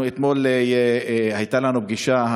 אתמול הייתה לנו פגישה,